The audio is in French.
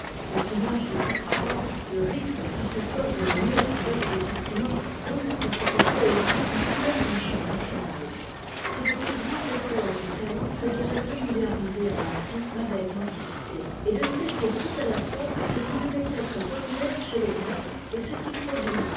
les images les plus frappantes le rhythme qui s'accorde le mieux avec les sentiments donnent à cette poésie la couleur d'un chant national c'est le plus grand effort du talent que de se familiariser ainsi avec l'antiquité et de saisir tout à la fois ce qui devait être populaire chez les grecs et ce qui produit